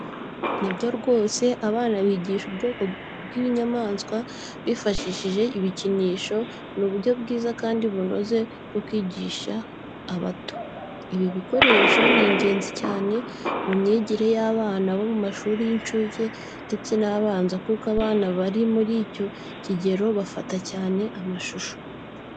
Ni byo rwose, abana bigishwa ubwoko bw’inyamaswa bifashishije ibikinisho ni uburyo bwiza kandi bunoze bwo kwigisha bato. Ibi bikoresho ni ingenzi cyane mu myigire y’abana bo mu mashuri y’inshuke ndetse n’abanza kuko abana bari muri icyo kigero bafata cyane amashusho.